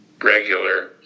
regular